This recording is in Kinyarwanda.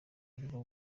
aribwo